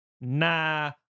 nah